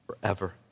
forever